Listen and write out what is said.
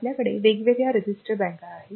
आपल्याकडे वेगवेगळ्या रजिस्टर बँका आहेत